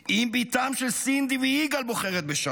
אם בתם של סינדי ויגאל בוחרת בשלום,